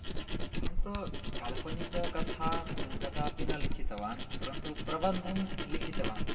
अहं तु काल्पनिककथां कदापि न लिखितवान् परन्तु प्रबन्धं लिखितवान्